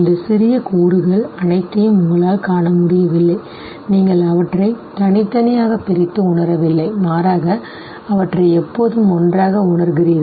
இந்த சிறிய கூறுகள் அனைத்தையும் உங்களால் காண முடியவில்லை நீங்கள் அவற்றைப் தனித்தனியாக பிரித்து உணரவில்லை மாறாக அவற்றை எப்போதும் ஒன்றாக உணர்கிறீர்கள்